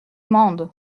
mende